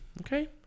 okay